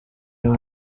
uyu